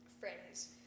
Friends